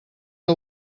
que